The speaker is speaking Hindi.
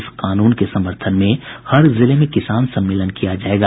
इस कानून के समर्थन में हर जिले में किसान सम्मेलन किया जायेगा